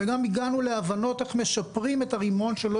וגם הגענו להבנות איך משפרים את הרימון שלא